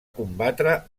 combatre